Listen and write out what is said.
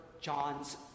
John's